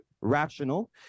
Rational